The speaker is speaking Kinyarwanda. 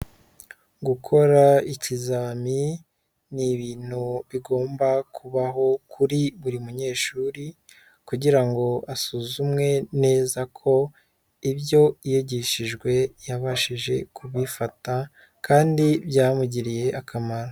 Gukora ikizam ni ibintu bigomba kubaho kuri buri munyeshuri kugira ngo asuzumwe neza ko ibyo yigishijwe yabashije kubifata kandi byamugiriye akamaro.